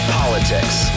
politics